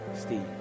Steve